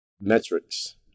metrics